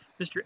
Mr